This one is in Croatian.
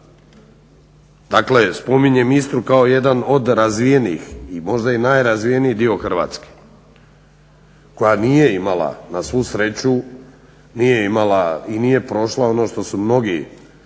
Dakle, spominjem Istru kao jedan od razvijenih i možda najrazvijeniji dio Hrvatske koja nije imala na svu sreću nije imala i nije prošla ono što su mnogi